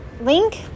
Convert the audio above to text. link